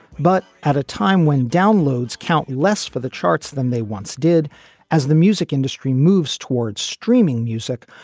but at a time when downloads count less for the charts than they once did as the music industry moves towards streaming music,